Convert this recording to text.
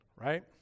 Right